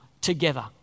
together